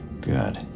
Good